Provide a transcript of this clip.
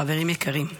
חברים יקרים,